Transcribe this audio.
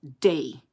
day